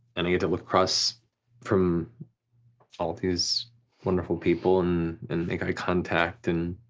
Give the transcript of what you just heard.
and i get to look across from all these wonderful people and make eye contact and